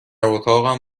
اتاقم